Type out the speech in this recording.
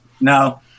No